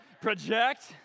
project